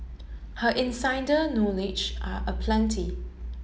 her insider knowledge are aplenty